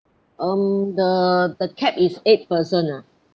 um the the cap is eight person ah